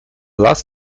last